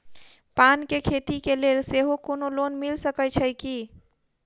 पान केँ खेती केँ लेल सेहो कोनो लोन मिल सकै छी की?